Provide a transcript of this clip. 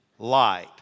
Light